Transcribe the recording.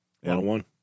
One-on-one